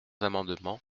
amendements